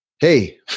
Hey